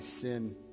sin